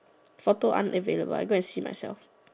photo unavailable I go and see myself